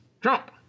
Trump